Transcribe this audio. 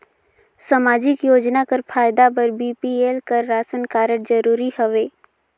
समाजिक योजना कर फायदा बर बी.पी.एल कर राशन कारड जरूरी हवे?